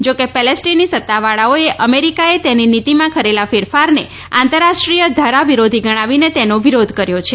જો કે પેલેસ્ટીની સત્તાવાળાઓએ અમેરીકાએ તેની નીતિમાં કરેલા ફેરફારને આંતરરાષ્ટ્રીય ધારા વિરોધી ગણાવીને તેનો વિરોધ કર્યો છે